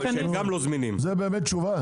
זה באמת תשובה?